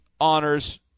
honors